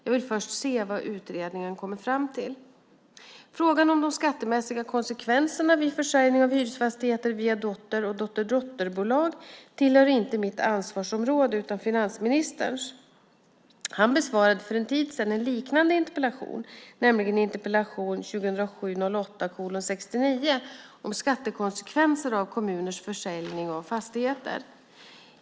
Jag vill först se vad utredningen kommer fram till. Frågan om de skattemässiga konsekvenserna vid försäljning av hyresfastigheter via dotter och dotterdotterbolag tillhör inte mitt ansvarsområde utan finansministerns. Han besvarade för en tid sedan en liknande interpellation, nämligen interpellation 2007/08:69 om skattekonsekvenser av kommuners försäljning av fastigheter.